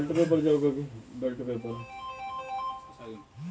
ಯಾವ ಪ್ರಮಾಣದಲ್ಲಿ ಹಾಕಬೇಕು?